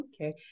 Okay